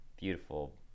Beautiful